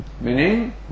Meaning